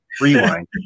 rewind